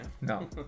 No